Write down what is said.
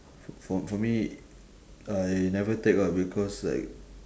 f~ for for me I never take ah because like